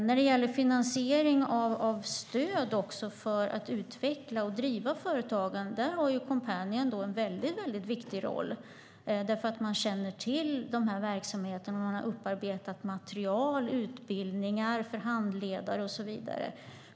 När det gäller finansiering av stöd för att utveckla och driva företagen har Coompanion en väldigt viktig roll eftersom de känner till den verksamheten, och det har utarbetats material, utbildningar för handledare och så vidare.